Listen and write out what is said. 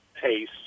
pace